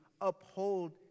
uphold